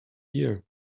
year